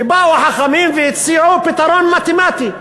ובאו חכמים והציעו פתרון מתמטי,